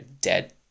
dead